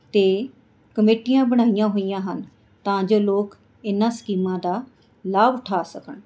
ਅਤੇ ਕਮੇਟੀਆਂ ਬਣਾਈਆਂ ਹੋਈਆਂ ਹਨ ਤਾਂ ਜੋ ਲੋਕ ਇਹਨਾਂ ਸਕੀਮਾਂ ਦਾ ਲਾਭ ਉਠਾ ਸਕਣ